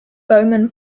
bowman